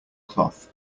cloth